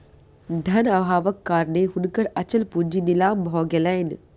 धन अभावक कारणेँ हुनकर अचल पूंजी नीलाम भ गेलैन